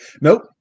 nope